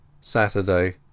Saturday